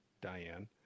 Diane